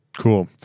Cool